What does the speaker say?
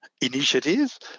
initiatives